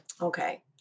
Okay